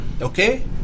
Okay